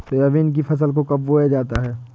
Soybean की फसल को कब बोया जाता है?